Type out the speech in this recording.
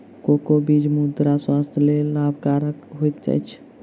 cocoa बीज गुर्दा स्वास्थ्यक लेल लाभकरक होइत अछि